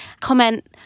Comment